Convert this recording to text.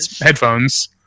headphones